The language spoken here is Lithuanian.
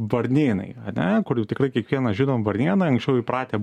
varnėnai ane kur jau tikrai kiekvienas žinom varnėną anksčiau įpratę